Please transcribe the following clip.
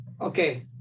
okay